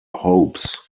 hopes